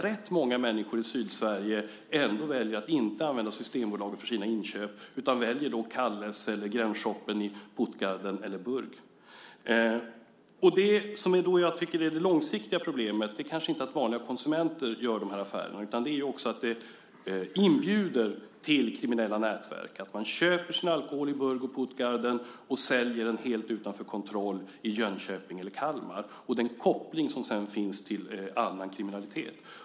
Rätt många människor i Sydsverige väljer trots allt att inte använda Systembolaget för sina inköp, utan man väljer Calles eller gränsshoppen i Puttgarden eller Burg. Det jag tycker är det långsiktiga problemet är kanske inte att vanliga konsumenter gör de här affärerna utan att det också inbjuder till kriminella nätverk. Man köper sin alkohol i Burg och Puttgarden och säljer den helt utom kontroll i Jönköping eller Kalmar. Det finns alltså här en koppling till annan kriminalitet.